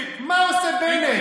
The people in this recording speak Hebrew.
מה עושה בנט?